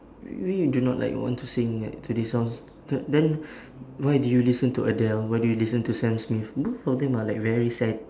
you mean you do not like want to sing like today songs but then why do you listen to adele why do you listen to sam smith both of them are like very sad